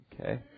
Okay